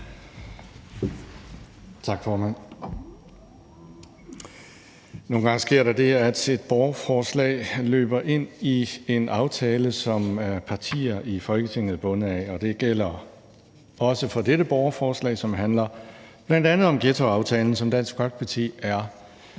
Tak, formand. Nogle gange sker der det, at et borgerforslag løber ind i en aftale, som partier i Folketinget er bundet af, og det gælder også for dette borgerforslag, som bl.a. handler om ghettoaftalen, som Dansk Folkeparti er